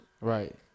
Right